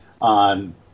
on